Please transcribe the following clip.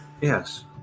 Yes